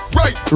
right